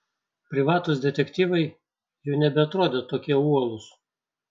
privatūs detektyvai jau nebeatrodė tokie uolūs